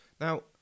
Now